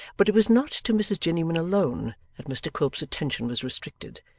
but it was not to mrs jiniwin alone that mr quilp's attention was restricted,